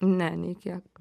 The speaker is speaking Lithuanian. ne nei kiek